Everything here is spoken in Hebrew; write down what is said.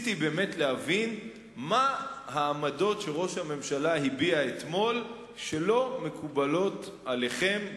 ניסיתי באמת להבין מה העמדות שראש הממשלה הביע אתמול שלא מקובלות עליכם,